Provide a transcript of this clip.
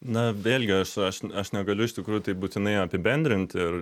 na vėlgi aš aš aš negaliu iš tikrųjų taip būtinai apibendrint ir